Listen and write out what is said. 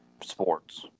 sports